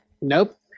Nope